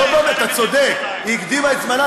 היה צריך לעשות את זה לפני עשר שנים.